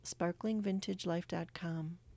sparklingvintagelife.com